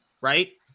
right